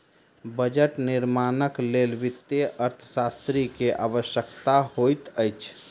budget निर्माणक लेल वित्तीय अर्थशास्त्री के आवश्यकता होइत अछि